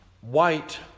White